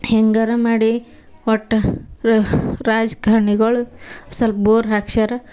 ಹೆಂಗಾರೂ ಮಾಡಿ ಒಟ್ಟು ರಾಜಕಾರ್ಣಿಗಳು ಸ್ವಲ್ಪ ಬೋರ್ ಹಾಕ್ಸ್ಯಾರ